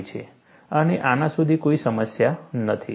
અને આના સુધી કોઈ સમસ્યા નથી